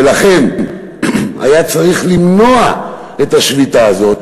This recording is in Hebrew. ולכן היה צריך למנוע את השביתה הזו,